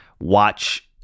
watch